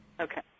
Okay